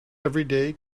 everyday